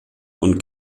und